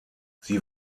sie